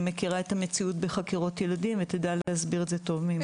היא מכירה את המציאות בחקירות ילדים ותדע להסביר את זה טוב ממני.